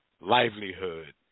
livelihood